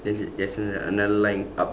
then is it there's an~ another line up